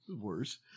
worse